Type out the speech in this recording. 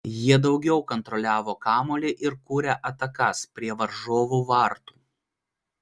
jie daugiau kontroliavo kamuolį ir kūrė atakas prie varžovų vartų